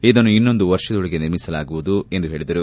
ಇದನ್ನು ಇನ್ನೊಂದು ವರ್ಷದೊಳಗೆ ನಿರ್ಮಿಸಲಾಗುವುದು ಎಂದು ಹೇಳಿದರು